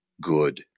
good